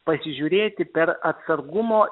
pasižiūrėti per atsargumo